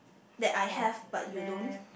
that I have but you don't